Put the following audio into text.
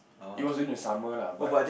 it was during the summer lah but